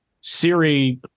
Siri